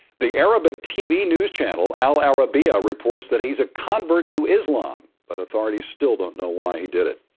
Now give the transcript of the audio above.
the arabic tv news channel, al-arabiya, reports that he's a convert to islam, but authorities still don't know why he did it.